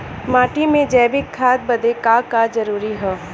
माटी में जैविक खाद बदे का का जरूरी ह?